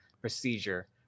procedure